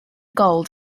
gold